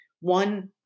One